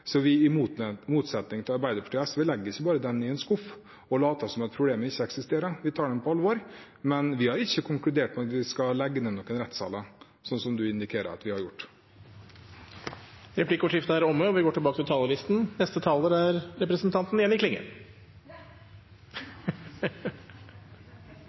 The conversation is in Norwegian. Så vi, i motsetning til Arbeiderpartiet og SV, legger det ikke bare ned i en skuff og later som om problemet ikke eksisterer. Vi tar det på alvor. Men vi har ikke konkludert med at vi skal legge ned noen rettssaler, slik representanten indikerer at vi har gjort. Replikkordskiftet er omme. De talere som heretter får ordet, har en taletid på inntil 3 minutter. Eg klødde etter å få ein replikk til.